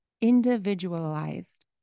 individualized